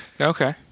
Okay